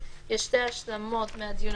נדמה לי שהיו גם עוד דברים